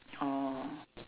orh